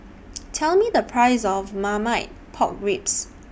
Tell Me The Price of Marmite Pork Ribs